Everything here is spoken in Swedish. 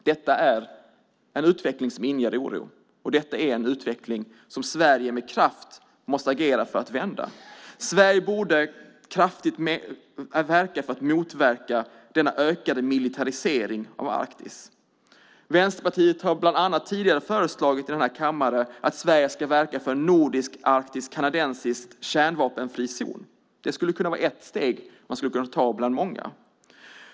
Detta är en utveckling som inger oro och som Sverige med kraft måste agera för att vända. Sverige borde med kraft verka för att motverka denna ökade militarisering av Arktis. Vänsterpartiet har bland annat tidigare föreslagit att Sverige ska verka för en nordisk-arktisk-kanadensisk kärnvapenfri zon. Det skulle kunna vara ett steg att ta bland många.